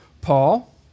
Paul